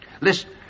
Listen